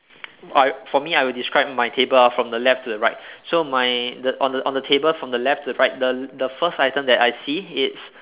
I for me I would describe my table ah from the left to the right so my the on the on the table from left to right the the first item that I see it's